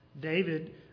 David